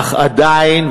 אך עדיין,